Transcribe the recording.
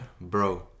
bro